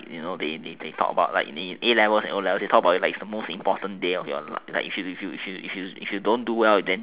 you know they they talk about like A-levels O-levels they talk about it like it's the most important day of your life if you if you don't do well then